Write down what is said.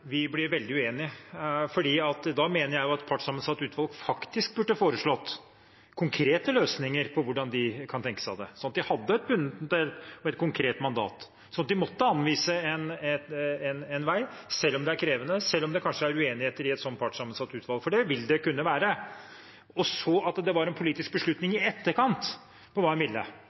vi blir veldig uenige, for da mener jeg at et partssammensatt utvalg burde foreslått konkrete løsninger for hvordan de kan tenke seg det, slik at de hadde et konkret mandat, slik at de måtte anvise en vei, selv om det er krevende, og selv om det kanskje blir uenigheter i et slikt partssammensatt utvalg, for det vil det kunne være. Så kunne det bli tatt en politisk beslutning i etterkant om hva en ville.